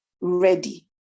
ready